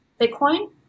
Bitcoin